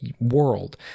world